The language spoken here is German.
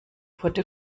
potte